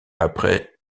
après